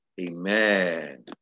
Amen